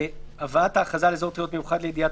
הבאת ההכרזה על אזור תיירות מיוחד לידיעת